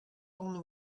only